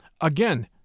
Again